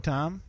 Tom